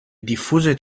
diffuse